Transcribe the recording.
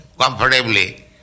comfortably